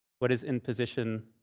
what is in position